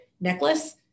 necklace